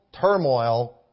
turmoil